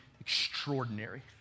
extraordinary